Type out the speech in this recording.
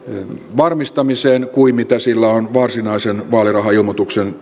varmistamiseen kuin mitä sillä on varsinaisen vaalirahailmoituksen